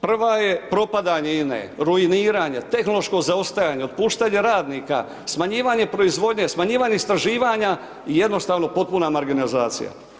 Prva je propadanje INA-e, ruiniranje, tehnološko zaostajanje, otpuštanje radnika, smanjivanje proizvodnje, smanjivanje istraživanja i jednostavno potpuna marginalizacija.